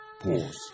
Pause